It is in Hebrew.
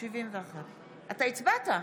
אתה הצבעת.